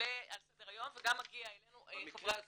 ועולה על סדר היום וגם מגיע אלינו, חברי הכנסת.